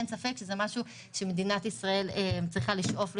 אין ספק שזה משהו שמדינת ישראל צריכה לשאוף לשם.